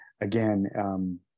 again